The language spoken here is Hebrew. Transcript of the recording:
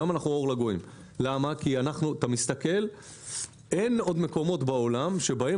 שם אנחנו אור לגויים כי אתה מסתכל ואין עוד מקומות בעולם בהם